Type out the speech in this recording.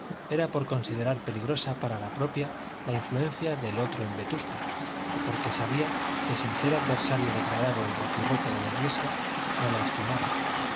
era por considerar peligrosa para la propia la influencia del otro en vetusta y porque sabía que sin ser adversario declarado y boquirroto de la iglesia no la estimaba